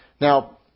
Now